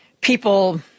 people